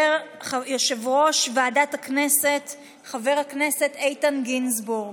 יושב-ראש ועדת הכנסת חבר הכנסת איתן גינזבורג,